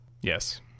yes